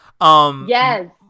Yes